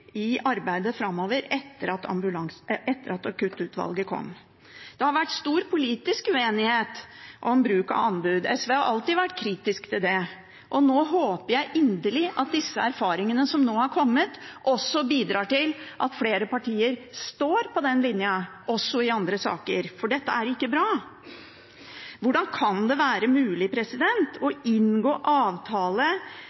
i arbeidet framover etter at Akuttutvalget kom. Det har vært stor politisk uenighet om bruk av anbud. SV har alltid vært kritisk til det, og nå håper jeg inderlig at disse erfaringene som nå har kommet, også bidrar til at flere partier står på den linja, også i andre saker, for dette er ikke bra. Hvordan kan det være mulig å